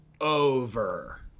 over